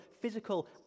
physical